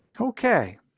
Okay